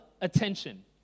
attention